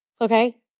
Okay